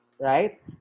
right